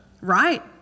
right